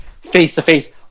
face-to-face